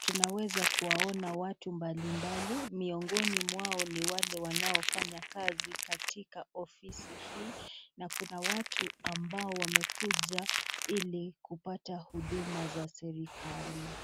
Tunaweza kuwaona watu mbali mbali miongoni mwao ni wale wanaofanya kazi katika ofisi hii na kuna watu ambao wamekuja ili kupata huduma za serikali.